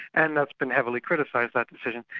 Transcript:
and that's been heavily criticised, that decision.